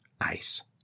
ice